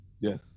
Yes